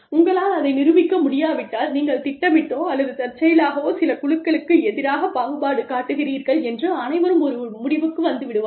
உங்களால் அதை நிரூபிக்க முடியாவிட்டால் நீங்கள் திட்டமிட்டோ அல்லது தற்செயலாகவோ சில குழுக்களுக்கு எதிராக பாகுபாடு காட்டுகிறீர்கள் என்று அனைவரும் ஒரு முடிவுக்கு வந்து விடுவார்கள்